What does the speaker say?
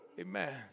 Amen